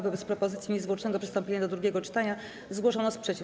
Wobec propozycji niezwłocznego przystąpienia do drugiego czytania zgłoszono sprzeciw.